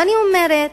ואני אומרת,